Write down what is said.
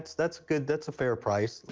that's good. that's a fair price.